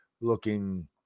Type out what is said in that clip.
looking